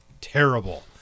terrible